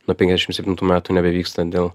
nuo penkiasdešimt septintų metų nebevyksta dėl